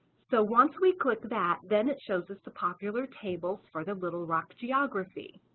so once we click that then it shows ah the popular tables for the little rock geography.